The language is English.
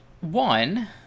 one